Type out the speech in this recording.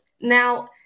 Now